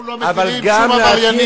אנחנו לא מתירים שום עבריינים.